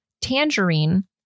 tangerine